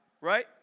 right